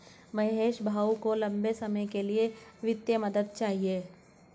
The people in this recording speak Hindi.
महेश भाऊ को लंबे समय के लिए वित्तीय मदद चाहिए